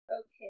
Okay